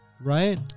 Right